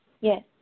Yes